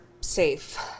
safe